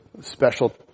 special